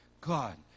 God